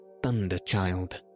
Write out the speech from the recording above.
Thunderchild